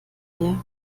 leer